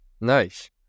Nice